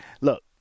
look